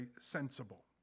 sensible